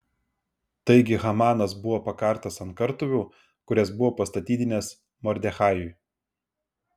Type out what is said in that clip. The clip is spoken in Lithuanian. taigi hamanas buvo pakartas ant kartuvių kurias buvo pastatydinęs mordechajui